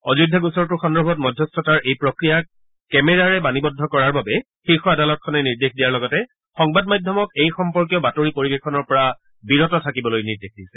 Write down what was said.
অযোধ্যা গোচৰটোৰ সন্দৰ্ভত মধ্যস্থতাৰ এই প্ৰক্ৰিয়াক কেমেৰাৰে বাণীবদ্ধ কৰাৰ বাবে শীৰ্ষ আদালতখনে নিৰ্দেশ দিয়াৰ লগতে সংবাদ মাধ্যমক এই সম্পৰ্কীয় বাতৰি পৰিৱেশনৰ পৰা বিৰত থাকিবলৈ নিৰ্দেশ দিছে